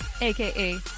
aka